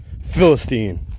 Philistine